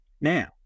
Now